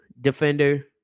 defender